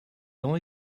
only